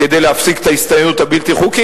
כדי להפסיק את ההסתננות הבלתי-חוקית,